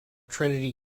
trinity